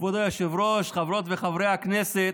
כבוד היושב-ראש, חברות וחברי הכנסת,